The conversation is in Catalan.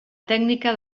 tècnica